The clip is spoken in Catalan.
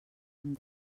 amb